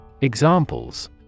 Examples